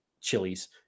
chilies